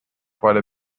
quite